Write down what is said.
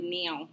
now